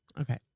Okay